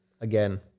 Again